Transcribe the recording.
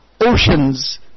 oceans